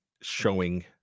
showing